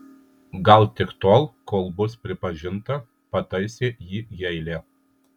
gal tik tol kol bus pripažinta pataisė jį heile